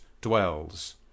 dwells